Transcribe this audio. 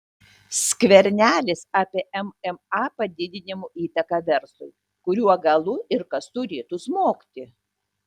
skvernelis apie mma padidinimo įtaką verslui kuriuo galu ir kas turėtų smogti